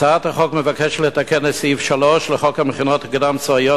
הצעת החוק מבקשת לתקן את סעיף 3 לחוק המכינות הקדם-צבאיות,